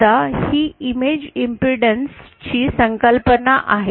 आता ही image impedance चि संकल्पना आहे